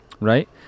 right